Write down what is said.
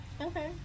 Okay